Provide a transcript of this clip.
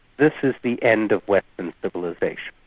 this is the end of western civilisation.